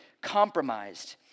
compromised